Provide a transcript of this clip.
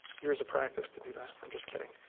years of practice to do that. i'm just kidding.